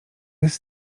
jest